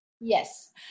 Yes